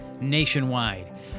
nationwide